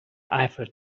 eiffel